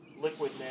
liquid